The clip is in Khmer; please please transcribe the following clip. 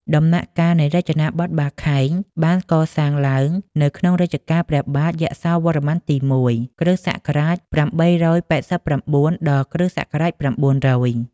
ដំណាក់កាលនៃរចនាបថបាខែង បានកសាងឡើងនៅក្នុងរជ្ជកាលព្រះបាទ យសោវរ្ម័នទី១ (គ.ស. ៨៨៩ ដល់ គ.ស.៩០០)។